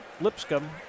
Lipscomb